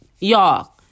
y'all